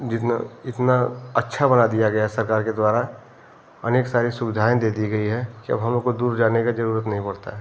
जितना इतना अच्छा बना दिया गया है सरकार के द्वारा अनेक सारी सुविधाएँ दे दी गई है कि अब हमको दूर जाने का जरूरत नही पड़ता है